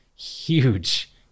Huge